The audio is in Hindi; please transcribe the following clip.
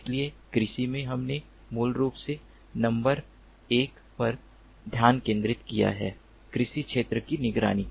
इसलिए कृषि में हमने मूल रूप से नंबर एक पर ध्यान केंद्रित किया है कृषि क्षेत्र की निगरानी